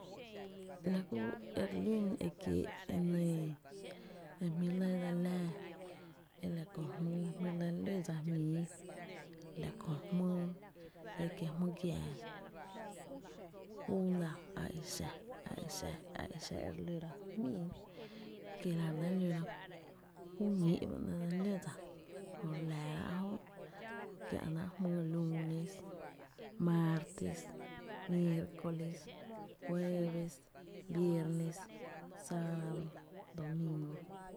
La ku ekiee' re le lún e jmí' re lɇ dse li laa la kö jmýy, e lo dsa jmii dsa jmíi la kö jmýy e kiee' kö jmy giaa. júu la a exa a exa e re lóra ju jmíi kie la re lɇ lóra ju ñíi ba 'nɇ' re lɇ ló dsa jö re laara' jö kiä' náá' jmyy lunes, maaartes, mieercoles, jueeves, viernes, ssabado, domingo.